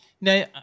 Now